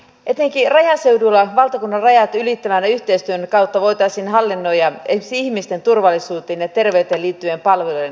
etenkin rajaseudulla valtakunnan rajat ylittävän yhteistyön kautta voitaisiin hallinnoida esimerkiksi ihmisten turvallisuuteen ja terveyteen liittyvien palvelujen järjestämistä